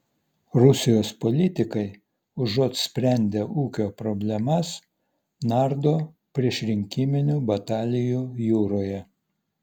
rusijos politikai užuot sprendę ūkio problemas nardo priešrinkiminių batalijų jūroje